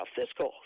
fiscal